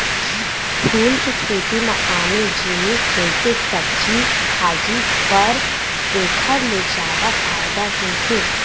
फूल के खेती म आने जिनिस जइसे सब्जी भाजी, फर एखर ले जादा फायदा के हे